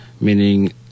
meaning